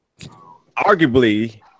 Arguably